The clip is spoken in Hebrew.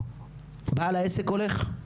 בעל העסק הולך,